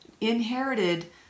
inherited